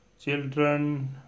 children